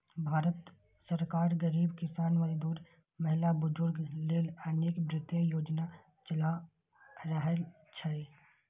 भारत सरकार गरीब, किसान, मजदूर, महिला, बुजुर्ग लेल अनेक वित्तीय योजना चला रहल छै